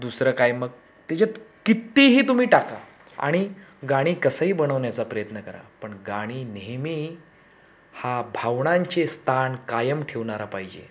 दुसरं काय मग त्याच्यात कितीही तुम्ही टाका आणि गाणी कसंही बनवण्याचा प्रयत्न करा पण गाणी नेहमी हा भावनांचे स्थान कायम ठिवणारा पाहिजे